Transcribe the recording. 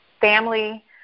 family